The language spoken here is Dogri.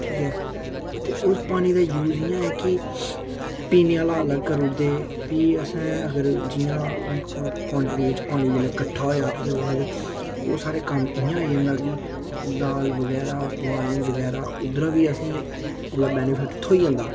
ठीक ऐ ते उस पानी दा यूज इयां ऐ कि पीने आह्ला अलग करी ओड़दे फ्ही असें अगर जियां क्वांटिटी च पानी जेल्लै कट्ठा होएया ओह्दे बाद ओह् साढ़ै कम्म इ'यां आई जंदा कि दाल बगैरा बुआलनी बगैरा उद्धरा बी असेंगी ओह्दा बैनिफिट थ्होई जंदा